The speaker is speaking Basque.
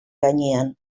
gainean